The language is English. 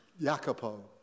Jacopo